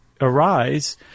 arise